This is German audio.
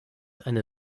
eine